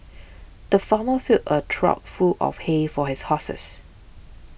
the farmer filled a trough full of hay for his horses